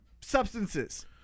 substances